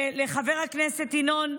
חבר הכנסת ינון אזולאי,